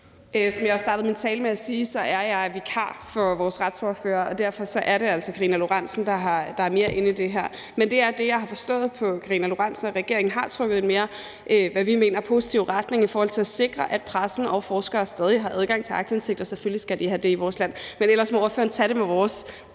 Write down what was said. Som jeg også startede min tale med at sige, er jeg vikar for vores retsordfører. Derfor er det altså Karina Lorentzen Dehnhardt, der er mere inde i det her. Men det er det, jeg har forstået på Karina Lorentzen Dehnhardt, altså at regeringen har trukket i en efter vores mening mere positiv retning i forhold til at sikre, at pressen og forskere stadig har adgang til aktindsigt. Og selvfølgelig skal de have det i vores land. Men ellers må ordføreren tage det med vores